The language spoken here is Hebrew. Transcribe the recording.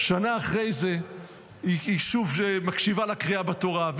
שנה אחרי זה היא שוב מקשיבה לקריאה בתורה.